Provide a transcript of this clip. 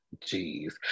jeez